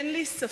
אין לי ספק